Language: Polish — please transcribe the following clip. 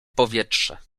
powietrze